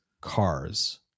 cars